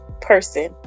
person